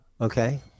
Okay